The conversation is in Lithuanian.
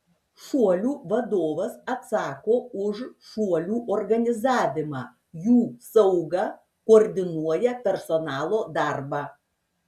šuolių vadovas atsako už šuolių organizavimą jų saugą koordinuoja personalo darbą